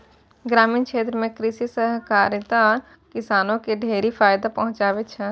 ग्रामीण क्षेत्रो म कृषि सहकारिता किसानो क ढेरी फायदा पहुंचाबै छै